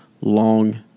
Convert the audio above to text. Long